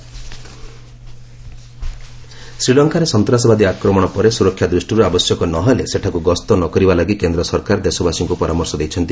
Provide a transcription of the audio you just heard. India Lanka advisory ଶ୍ରୀଲଙ୍କାରେ ସନ୍ତାସବାଦୀ ଆକ୍ରମଣ ପରେ ସୁରକ୍ଷା ଦୃଷ୍ଟିରୁ ଆବଶ୍ୟକ ନ ହେଲେ ସେଠାକୁ ଗସ୍ତ ନକରିବା ଲାଗି କେନ୍ଦ୍ର ସରକାର ଦେଶବାସୀଙ୍କୁ ପରାମର୍ଶ ଦେଇଛନ୍ତି